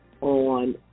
on